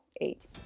eight